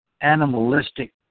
animalistic